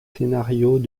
scénarios